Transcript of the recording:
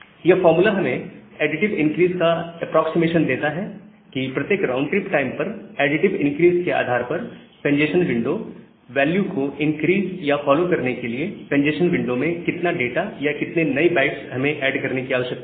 यह फार्मूला हमें additive increase का एप्रोक्सीमेशन देता है कि प्रत्येक राउंड ट्रिप टाइम पर एडिटिव इंक्रीज के आधार पर कंजेस्शन विंडो वैल्यू को इनक्रीस या फॉलो करने के लिए कंजेस्शन विंडो में कितना डाटा या कितने नए बाइट्स हमें ऐड करने की आवश्यकता है